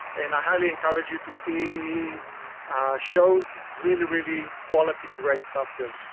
and i highly encourage you to see his shows. really, really quality, great stuff there.